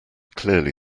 clearly